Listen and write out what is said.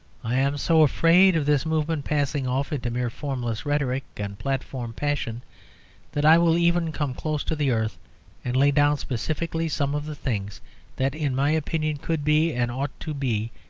i am so afraid of this movement passing off into mere formless rhetoric and platform passion that i will even come close to the earth and lay down specifically some of the things that, in my opinion, could be, and ought to be,